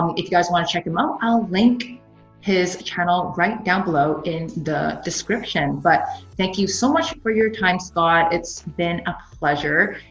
um if you guys want to check him out, i'll link his channel right down below in the description. but thank you so much for your time scott. it's been a pleasure.